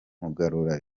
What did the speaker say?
mugarura